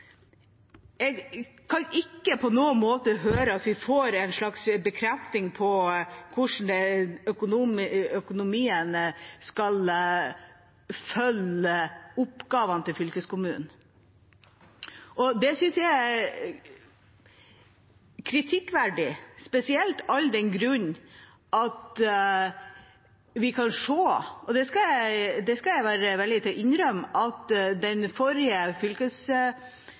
Jeg har ikke hørt – på noen som helst måte – at vi har fått en bekreftelse på hvordan økonomien skal følge fylkeskommunens oppgaver. Det synes jeg er kritikkverdig, spesielt all den tid vi kan se – og det skal jeg være villig til å innrømme – at den forrige